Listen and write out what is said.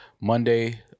Monday